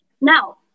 Now